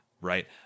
right